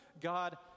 God